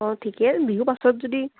অঁ ঠিকে বিহু পাছত যদি